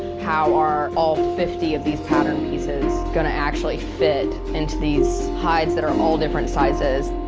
how are all fifty of these pattern pieces gonna actually fit into these hides that are um all different sizes.